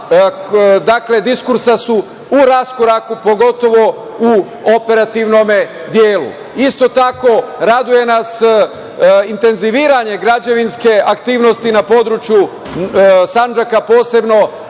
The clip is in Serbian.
ova dva diskursa su u raskoraku, pogotovo u operativnom delu. Isto tako, raduje nas intenziviranje građevinske aktivnosti na području Sandžaka, posebno